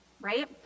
right